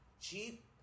cheap